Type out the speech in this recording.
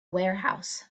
warehouse